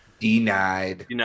Denied